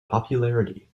popularity